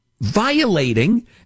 violating